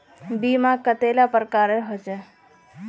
बीमा कतेला प्रकारेर होचे?